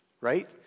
right